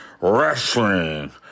wrestling